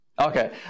Okay